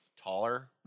taller